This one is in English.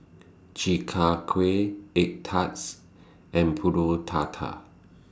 Chi Kak Kuih Egg Tarts and Pulut Tatal